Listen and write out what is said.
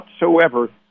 whatsoever